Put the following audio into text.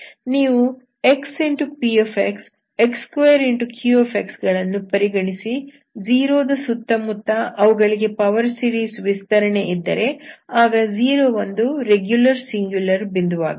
ನೀವು xpx x2qx ಗಳನ್ನು ಪರಿಗಣಿಸಿ 0 ದ ಸುತ್ತಮುತ್ತ ಅವುಗಳಿಗೆ ಪವರ್ ಸೀರೀಸ್ ವಿಸ್ತರಣೆ ಇದ್ದರೆ ಆಗ 0 ಒಂದು ರೆಗ್ಯುಲರ್ ಸಿಂಗ್ಯುಲರ್ ಬಿಂದು ವಾಗುತ್ತದೆ